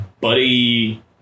buddy